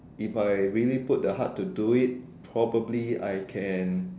if I really put the heart to do it probably I can